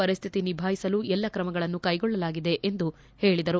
ಪರಿಸ್ಥಿತಿ ನಿಭಾಯಿಸಲು ಎಲ್ಲ ಕ್ರಮಗಳನ್ನು ಕೈಗೊಳ್ಳಲಾಗಿದೆ ಎಂದು ಹೇಳಿದರು